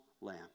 lamb